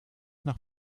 nach